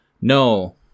No